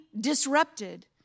disrupted